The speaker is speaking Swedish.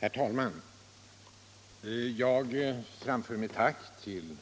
Herr talman! Jag framför mitt tack till